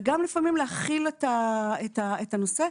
וגם להכיל את הנושא.